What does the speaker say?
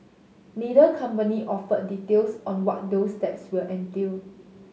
neither company offered details on what those steps will entail